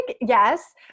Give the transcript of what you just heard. yes